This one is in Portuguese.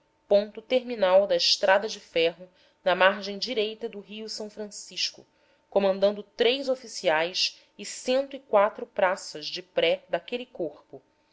ponto terminal da estrada de ferro na margem direita do rio rancisco como andando três oficiais e e quatro praças de pré daquele corpo